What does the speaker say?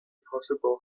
possible